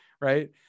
Right